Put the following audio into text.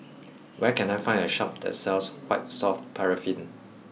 where can I find a shop that sells White Soft Paraffin